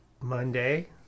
Monday